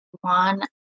one